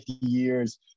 years